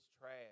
trash